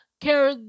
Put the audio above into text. care